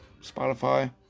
Spotify